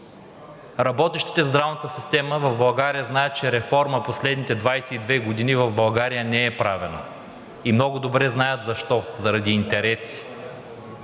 Работещите в здравната система знаят, че реформа в последните 22 години в България не е правена и много добре знаят защо – заради интереси.